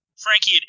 Frankie